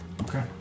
Okay